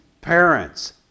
parents